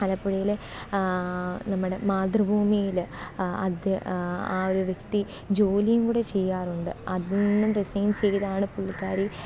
ആലപ്പുഴയിലെ നമ്മുടെ മാതൃഭൂമിയിൽ ആദ്യ ആ ഒരു വ്യക്തി ജോലിയും കൂടെ ചെയ്യാറുണ്ട് അതിൽനിന്നും റിസൈന് ചെയ്താണ് പുള്ളിക്കാരി